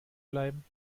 bleiben